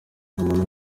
umuntu